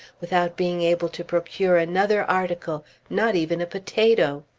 without being able to procure another article not even a potato.